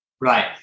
Right